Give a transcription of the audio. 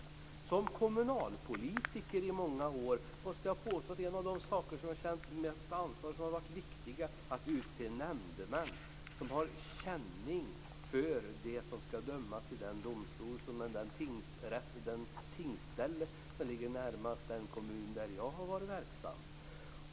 Efter att ha varit kommunalpolitiker i många år måste jag påstå att en av de frågor där jag känt mest ansvar och som jag ansett vara viktigast är den som handlar om att utse nämndemän som har känning för dem som ska dömas vid den domstol det tingsställe som ligger närmast den kommun där jag varit verksam.